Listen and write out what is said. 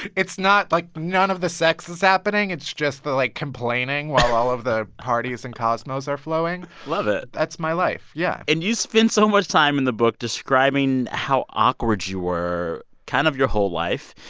it's not like, none of the sex is happening. it's just the, like, complaining while all of the parties and cosmos are flowing love it that's my life, yeah and you spend so much time in the book describing how awkward you were kind of your whole life.